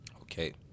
okay